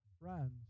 Friends